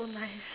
it's so nice